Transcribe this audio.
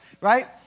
right